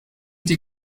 die